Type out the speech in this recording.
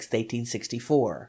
1864